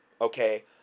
Okay